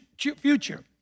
Future